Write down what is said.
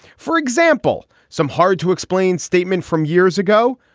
for example, some hard to explain statement from years ago.